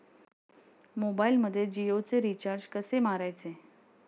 मोबाइलमध्ये जियोचे रिचार्ज कसे मारायचे?